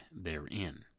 therein